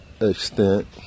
extent